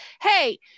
Hey